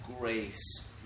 grace